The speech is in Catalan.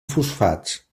fosfats